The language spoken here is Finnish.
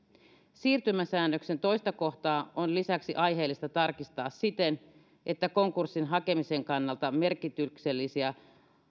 siirtymäsäännöksen toista kohtaa on lisäksi aiheellista tarkistaa siten että konkurssiin hakemisen kannalta merkityksellisiä